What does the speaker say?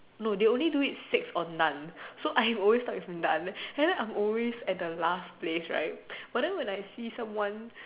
no they only do it six or non so I always start with non and then I'm always at the last place right but then when I see someone